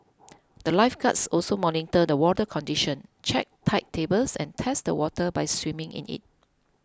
the lifeguards also monitor the water condition check tide tables and test the water by swimming in it